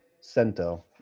Cento